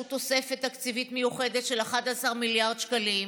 תוספת תקציבית מיוחדת של 11 מיליארד שקלים.